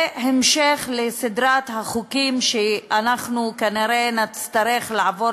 זה המשך לסדרת החוקים שאנחנו כנראה נצטרך לעבור